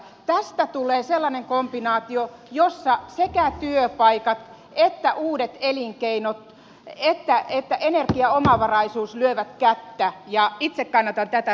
tästä tulee sellainen kombinaatio jossa sekä työpaikat että uudet elinkeinot ja energiaomavaraisuus lyövät kättä ja itse kannatan tätä strategiaa